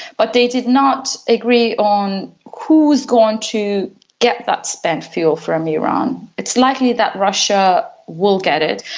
but they did not agree on who is going to get that spent fuel from iran. it's likely that russia will get it,